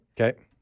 Okay